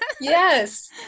Yes